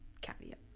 caveat